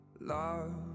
love